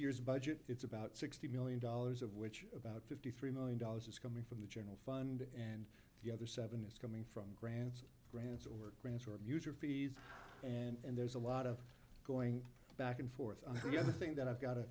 year's budget it's about sixty million dollars of which about fifty three million dollars is coming from the general fund and the other seven is coming from grants grants or grants or user fees and there's a lot of going back and forth on the other thing that i've got